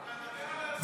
הבאה.